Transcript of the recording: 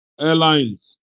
airlines